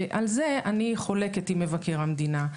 ועל זה אני חולקת עם מבקר המדינה.